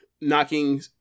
knocking